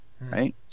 right